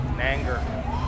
anger